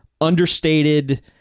understated